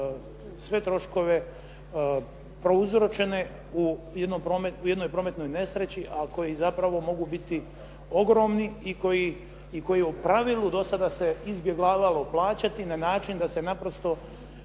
sve troškove prouzročene u jednoj prometnoj nesreći a koji zapravo mogu biti ogromni i koji u pravilu do sada se izbjegavalo plaćati na način da se naprosto